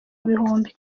igihumbi